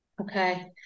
Okay